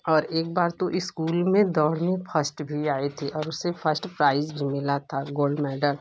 और एक बार तो इस्कूल में दौड़ में फर्स्ट भी आई थी और उसे फर्स्ट प्राइज़ भी मिला था गोल्ड मैडल